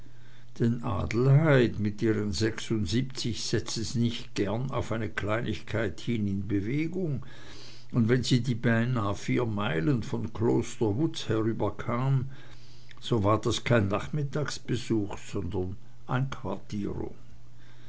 denn adelheid mit ihren sechsundsiebzig setzte sich nicht gern auf eine kleinigkeit hin in bewegung und wenn sie die beinahe vier meilen von kloster wutz her herüberkam so war das kein nachmittagsbesuch sondern einquartierung